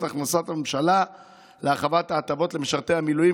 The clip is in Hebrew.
הכנסות הממשלה להרחבת ההטבות למשרתי המילואים,